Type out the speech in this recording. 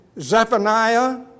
Zephaniah